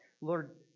Lord